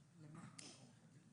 השב"כ.